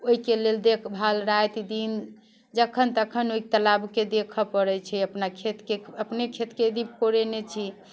ओहिके लेल देखभाल राति दिन जखन तखन ओहि तलाबके देखऽ पड़ैत छै अपना खेतके अपने खेतके भी कोरैने छी